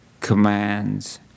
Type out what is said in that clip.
commands